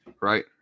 Right